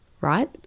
right